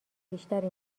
بیشتری